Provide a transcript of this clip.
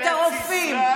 את הרופאים,